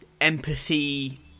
empathy